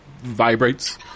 vibrates